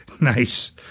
Nice